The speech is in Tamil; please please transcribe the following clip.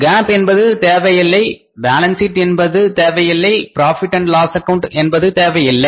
GAAP என்பது தேவையில்லை பாலன்ஸ் ஷீட் என்பது தேவையில்லை புரோஃபிட் அண்ட் லாஸ் அக்கவுண்ட் என்பது தேவையில்லை